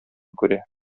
күрә